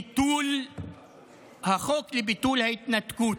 החוק לביטול ההתנתקות,